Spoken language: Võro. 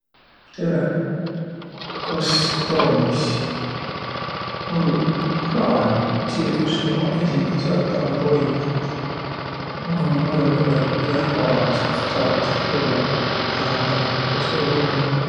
Tereq! Kas toromiis? Mul kraan tsilgus ja ma esiq ei saaq taaga toimõ. Et mul olnuq vaiq kedägi, kiä ärq parandas. Kas ti saat tullaq täämbä näütüses vai hummõn?